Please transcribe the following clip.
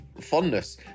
fondness